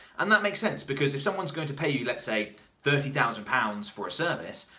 and that makes sense, because if someone's going to pay you, let's say thirty thousand pounds for a service,